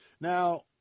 Now